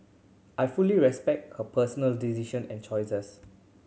I fully respect her personal decision and choices